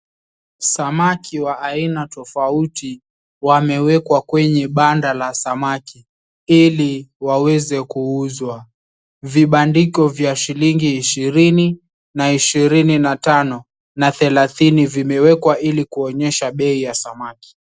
Samaki wa aina tofauti wamewekwa kwenye banda la samaki ili waweze kuuzwa. Vibandiko vya shilingi ishirini na ishirini na tano na thelathini vimewekwa ili kuonyesha bei ya samaki.